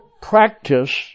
practice